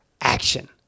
action